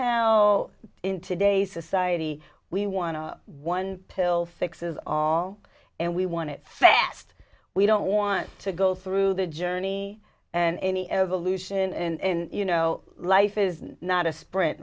how in today's society we want to one pill fixes all and we want it fast we don't want to go through the journey and any evolution in you know life is not a sprint